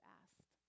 asked